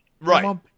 Right